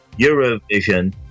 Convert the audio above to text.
Eurovision